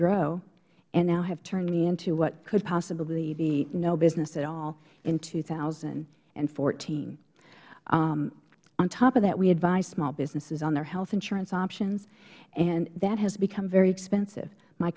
grow and now have turned me into what could possibly be no business at all in two thousand and fourteen on top of that we advise small businesses on their health insurance options and that has become very expensive my